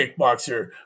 kickboxer